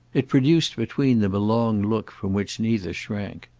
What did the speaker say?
it produced between them a long look from which neither shrank.